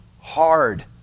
hard